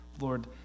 Lord